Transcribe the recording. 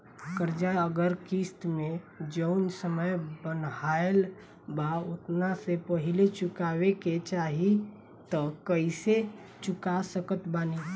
कर्जा अगर किश्त मे जऊन समय बनहाएल बा ओतना से पहिले चुकावे के चाहीं त कइसे चुका सकत बानी?